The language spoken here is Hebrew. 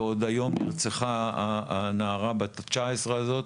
ויחד עם הנערה בת ה-19 שנרצחה היום,